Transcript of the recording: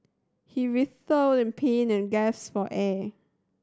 he writhed in pain and for air